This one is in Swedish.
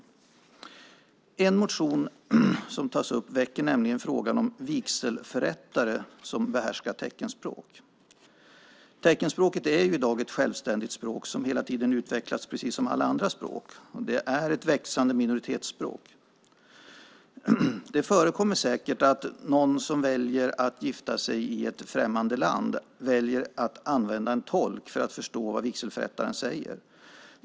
I en av de motioner som tas upp väcks frågan om vigselförrättare som behärskar teckenspråket. Teckenspråket är i dag ett självständigt språk som hela tiden utvecklas, precis som alla andra språk. Teckenspråket är också ett växande minoritetsspråk. Det förekommer säkert att någon som väljer att gifta sig i ett främmande land också väljer att använda en tolk för att förstå vad vigselförrättaren säger.